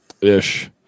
ish